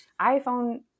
iPhone